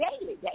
daily